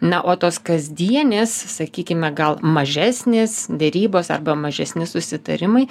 na o tos kasdienės sakykime gal mažesnės derybos arba mažesni susitarimai